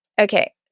Okay